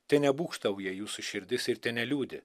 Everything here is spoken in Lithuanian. tenebūgštauja jūsų širdis ir teneliūdi